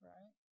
Right